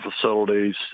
facilities